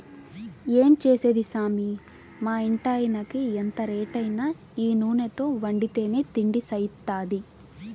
ఏం చేసేది సామీ మా ఇంటాయినకి ఎంత రేటైనా ఈ నూనెతో వండితేనే తిండి సయిత్తాది